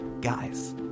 guys